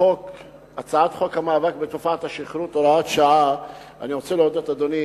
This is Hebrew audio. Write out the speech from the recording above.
הצעת חוק המאבק בתופעת השכרות (הוראת שעה ותיקון חקיקה),